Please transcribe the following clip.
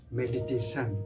meditation